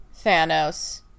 Thanos